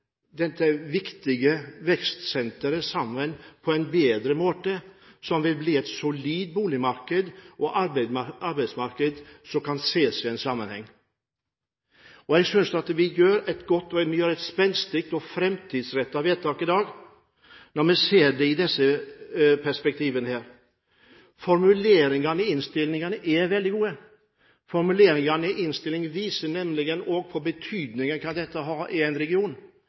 dette prosjektet, som er så viktig for regionen Nord-Jæren, for å knytte hele dette viktige vekstsenteret sammen på en bedre måte – med et solid boligmarked og arbeidsmarked som kan ses i en sammenheng. Jeg synes vi gjør et spenstig og framtidsrettet vedtak i dag, om vi ser det i dette perspektivet. Formuleringene i innstillingen er veldig gode. Formuleringene i innstillingen viser også hvilken betydning dette har i en region.